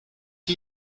are